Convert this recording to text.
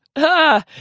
huh?